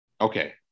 okay